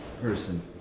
person